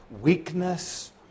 weakness